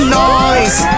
noise